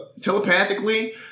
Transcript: telepathically